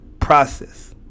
process